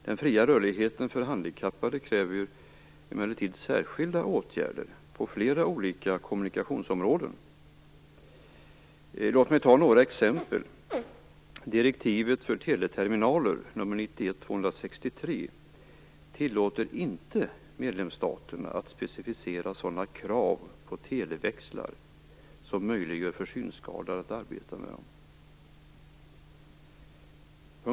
Den fria rörligheten för handikappade kräver emellertid särskilda åtgärder på flera olika kommunikationsområden. Låt mig ta några exempel: Direktivet för teleterminaler, nr 91/263, tillåter inte medlemsstaterna att specificera sådana krav på televäxlar som möjliggör för synskadade att arbeta med dem.